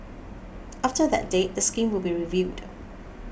after that date the scheme will be reviewed